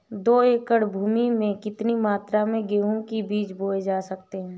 दो एकड़ भूमि में कितनी मात्रा में गेहूँ के बीज बोये जा सकते हैं?